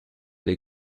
des